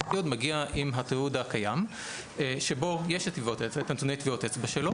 תיעוד מגיע עם התיעוד הקיים שבו יש את נתוני טביעות האצבע שלו